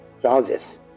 trousers